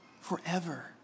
forever